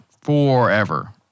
forever